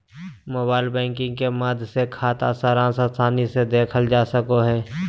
mobile banking के माध्यम से खाता सारांश आसानी से देखल जा सको हय